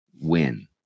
win